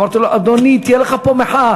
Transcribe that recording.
אמרתי לו: אדוני, תהיה לך פה מחאה.